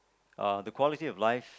uh the quality of life